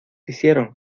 hicieron